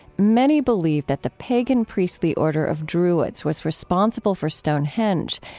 many believe that the pagan priestly order of druids was responsible for stonehenge.